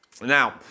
Now